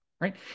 right